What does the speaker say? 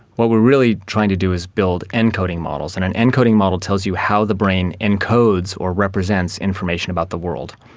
what we are really trying to do is build encoding models, and an encoding model tells you how the brain encodes or represents information about the world.